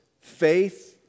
faith